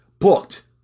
booked